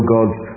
God's